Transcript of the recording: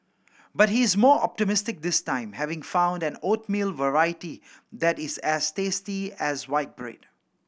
but he is more optimistic this time having found that oatmeal variety that is as tasty as white bread